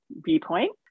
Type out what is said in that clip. viewpoint